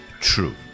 true